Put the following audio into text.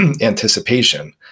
anticipation